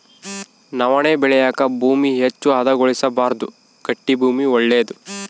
ನವಣೆ ಬೆಳೆಯಾಕ ಭೂಮಿ ಹೆಚ್ಚು ಹದಗೊಳಿಸಬಾರ್ದು ಗಟ್ಟಿ ಭೂಮಿ ಒಳ್ಳೇದು